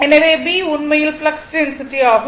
எனவே B உண்மையில் flux density ஆகும்